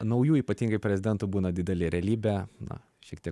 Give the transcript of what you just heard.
naujų ypatingai prezidentų būna dideli realybė na šiek tiek